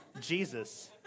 Jesus